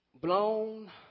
Blown